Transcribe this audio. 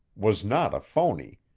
was not a phony,